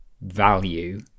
value